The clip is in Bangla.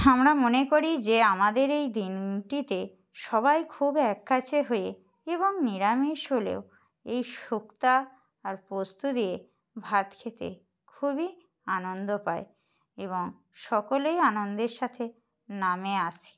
আমরা মনে করি যে আমাদের এই দিনটিতে সবাই খুব এক কাছে হয়ে এবং নিরামিষ হলেও এই শুক্তো আর পোস্ত দিয়ে ভাত খেতে খুবই আনন্দ পায় এবং সকলেই আনন্দের সাথে নামে আসে